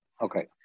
okay